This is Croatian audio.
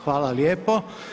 Hvala lijepo.